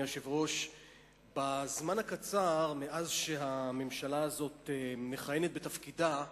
בזמן הקצר שהממשלה הזאת מכהנת בתפקידה,